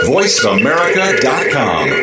VoiceAmerica.com